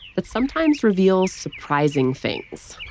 that sometimes reveals surprising things